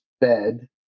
bed